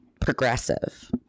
progressive